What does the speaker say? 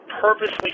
purposely